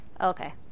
Okay